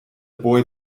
boy